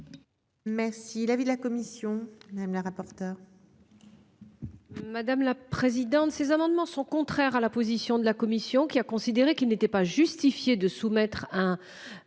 Merci l'avis de la commission, madame la rapporteur.